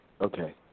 Okay